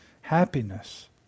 happiness